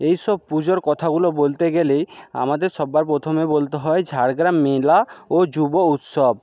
এইসব পুজোর কথাগুলো বলতে গেলেই আমাদের সবার প্রথমে বলতে হয় ঝাড়গ্রাম মেলা ও যুব উৎসব